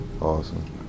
Awesome